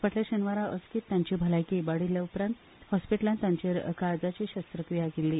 फाटल्या शेनवारा अचकीत तांची भलायकी इबाडिल्ल्यान हॉस्पिालांत तांचेर काळजाची शस्त्रक्रिया केल्ली